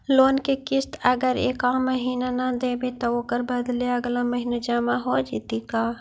Loan के किस्त अगर एका महिना न देबै त ओकर बदले अगला महिना जमा हो जितै का?